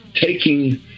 taking